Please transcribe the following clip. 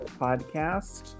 podcast